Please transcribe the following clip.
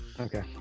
okay